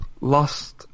lost